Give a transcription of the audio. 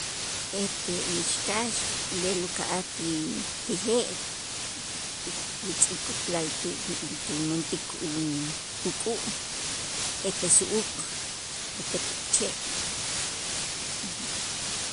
Ete ixkax b'el uka'aj ti je' kutz'ik la'ayti' tumentik u- uk'u' ete su'uk, ete pokche'.